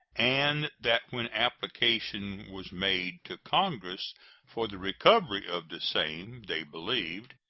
and that when application was made to congress for the recovery of the same they believed,